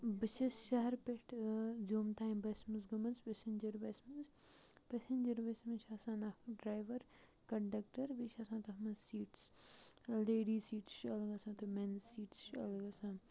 بہٕ چھَس شہرٕ پٮ۪ٹھِ جوٚم تانۍ بَسہِ مَنٛز گٔمٕژ پیٚسنجَر بَسہِ مَنٛز پیٚسنجَر بَسہِ مَنٛز چھُ آسان اکھ ڈرایوَر کَنڈَکٹَر بیٚیہِ چھُ آسان تتھ مَنٛز سیٖٹس لیڈیٖز سیٖٹس چھِ الگ آسان تہٕ میٚنز سیٖٹس چھِ الگ آسان